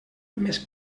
més